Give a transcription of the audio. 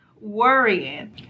worrying